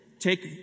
Take